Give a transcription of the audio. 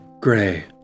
Gray